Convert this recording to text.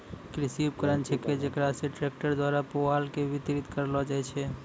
कृषि उपकरण छेकै जेकरा से ट्रक्टर द्वारा पुआल के बितरित करलो जाय छै